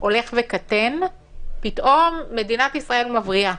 שהולך וקטן פתאום מדינת ישראל מבריאה.